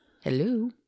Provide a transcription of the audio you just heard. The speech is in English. Hello